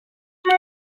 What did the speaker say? chci